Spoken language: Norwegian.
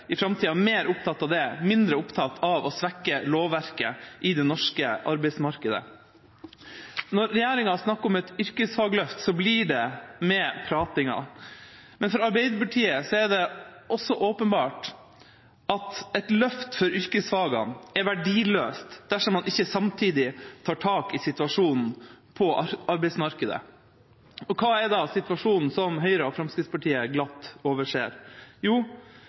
i framtida er mer opptatt av det og mindre opptatt av å svekke lovverket i det norske arbeidsmarkedet. Når regjeringa snakker om et yrkesfagløft, blir det med pratinga. Men for Arbeiderpartiet er det også åpenbart at et løft for yrkesfagene er verdiløst dersom man ikke samtidig tar tak i situasjonen på arbeidsmarkedet. Og hva er da situasjonen som Høyre og Fremskrittspartiet glatt overser? Jo,